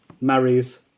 marries